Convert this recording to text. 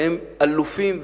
והם אלופים,